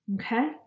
okay